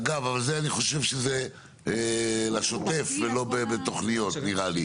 אגב אבל אני חושב שזה לשוטף ולא בתוכניות נראה לי.